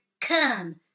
Come